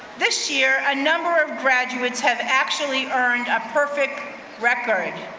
this year, a number of graduates have actually earned a perfect record.